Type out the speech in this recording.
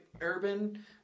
urban